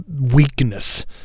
weakness